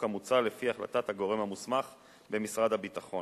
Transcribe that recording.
המוצע לפי החלטת הגורם המוסמך במשרד הביטחון.